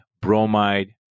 bromide